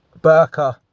burqa